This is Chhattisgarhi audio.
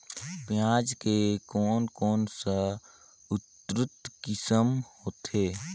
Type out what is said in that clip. पियाज के कोन कोन सा उन्नत किसम होथे?